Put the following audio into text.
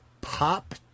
pop